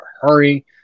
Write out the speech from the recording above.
hurry